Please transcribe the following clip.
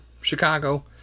Chicago